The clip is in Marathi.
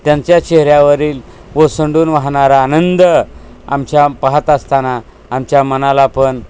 त्यांच्या चेहऱ्यावरील ओसंडून वाहणारा आनंद आमच्या पहात असताना आमच्या मनाला पण